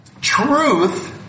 truth